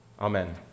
Amen